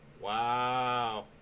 Wow